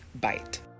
Bite